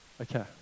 Okay